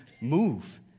move